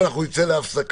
ואנחנו נצא להפסקה